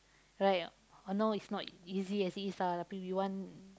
right I know is not easy as it is ah tapi we want